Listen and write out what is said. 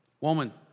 Woman